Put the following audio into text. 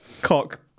cock